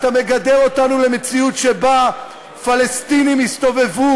אתה מגדר אותנו למציאות שבה פלסטינים יסתובבו